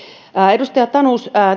edustaja tanus